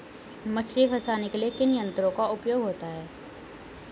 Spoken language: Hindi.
मछली फंसाने के लिए किन यंत्रों का उपयोग होता है?